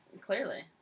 Clearly